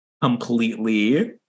completely